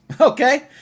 okay